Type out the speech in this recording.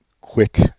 quick